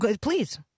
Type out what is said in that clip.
Please